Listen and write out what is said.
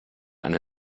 eine